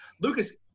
Lucas